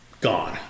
gone